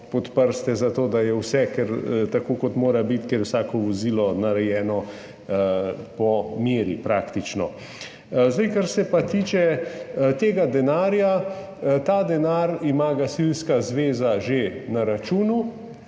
pod prste, zato da je vse tako, kot mora biti, ker je vsako vozilo narejeno praktično po meri. Kar se pa tiče tega denarja. Ta denar ima Gasilska zveza že na računu